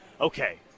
okay